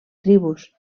tribus